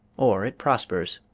or it prospers